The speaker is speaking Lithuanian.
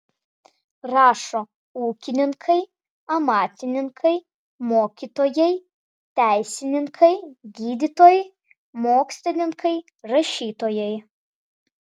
rašo ūkininkai amatininkai mokytojai teisininkai gydytojai mokslininkai rašytojai